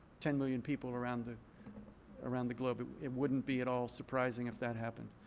ten million people around the around the globe. it wouldn't be at all surprising if that happened.